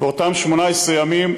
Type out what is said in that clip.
באותם 18 ימים,